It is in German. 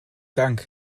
dank